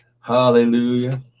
hallelujah